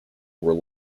were